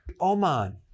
Oman